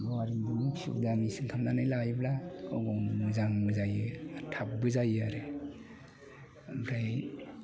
बरिंखौ नों सुबिदा मेसिन खालामनानै लायोब्ला गाव गावनो मोजांबो जायो थाबबो जायो आरो ओमफ्राय